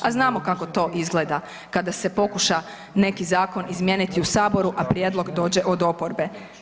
A znamo kako to izgleda kada se pokuša neki zakon izmijeniti u Sabor a prijedlog dođe od oporbe.